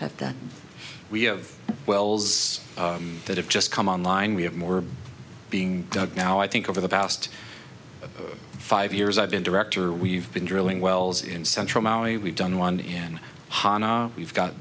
at that we have wells that have just come online we have more being dug now i think over the past five years i've been director we've been drilling wells in central maui we've done one in honna we've got